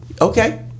Okay